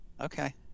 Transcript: Okay